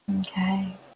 Okay